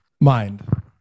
mind